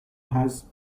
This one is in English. has